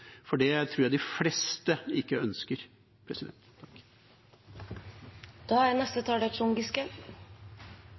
for det tror jeg de fleste ikke ønsker.